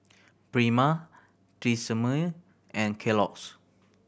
Prima Tresemme and Kellogg's